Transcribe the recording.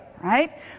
right